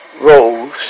rose